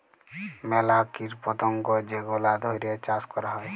ম্যালা কীট পতঙ্গ যেগলা ধ্যইরে চাষ ক্যরা হ্যয়